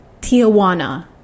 Tijuana